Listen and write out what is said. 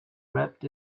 wrapped